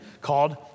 called